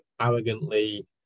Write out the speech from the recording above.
arrogantly